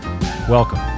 Welcome